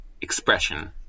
expression